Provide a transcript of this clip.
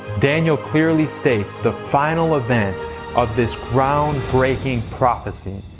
daniel clearly states the final event of this ground-breaking prophecy.